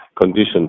conditions